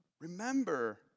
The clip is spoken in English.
Remember